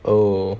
oh